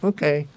Okay